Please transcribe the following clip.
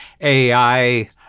AI